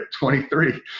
23